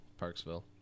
Parksville